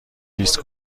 لیست